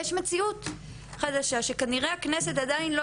יש מציאות חדשה שכנראה הכנסת עדיין לא